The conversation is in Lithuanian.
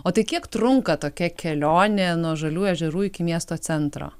o tai kiek trunka tokia kelionė nuo žaliųjų ežerų iki miesto centro